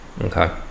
Okay